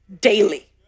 daily